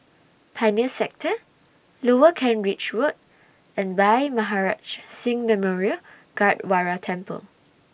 Pioneer Sector Lower Kent Ridge Road and Bhai Maharaj Singh Memorial Gurdwara Temple